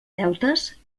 deutes